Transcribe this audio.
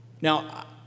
Now